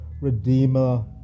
Redeemer